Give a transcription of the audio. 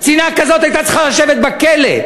קצינה כזאת הייתה צריכה לשבת בכלא.